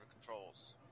controls